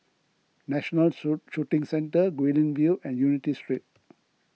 National shoe Shooting Centre Guilin View and Unity Street